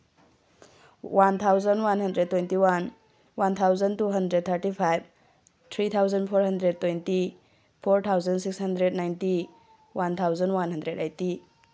one thousand one hundred twenty one one thousand two hundred thirty five three thousand four hundred twenty four thousand six hundred ninety one thousand one hundred eighty